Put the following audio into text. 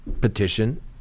petition